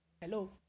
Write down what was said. Hello